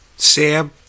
Sam